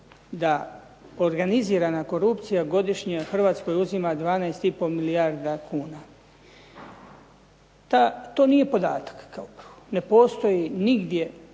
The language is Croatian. da organizirana korupcija godišnje Hrvatskoj uzima 12 i pol milijardi kuna. To nije podatak kao prvo. Ne postoji nigdje